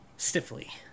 Stiffly